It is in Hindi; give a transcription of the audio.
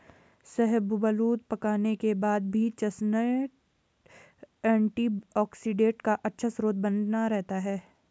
शाहबलूत पकाने के बाद भी चेस्टनट एंटीऑक्सीडेंट का अच्छा स्रोत बना रहता है